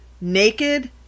naked